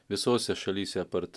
visose šalyse apart